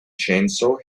chainsaw